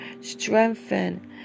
strengthen